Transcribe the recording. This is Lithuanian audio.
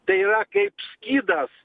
tai yra kaip skydas